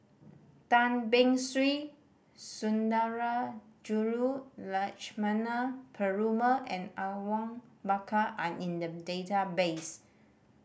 Tan Beng Swee Sundarajulu Lakshmana Perumal and Awang Bakar are in the database